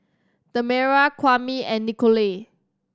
Tamera Kwame and Nichole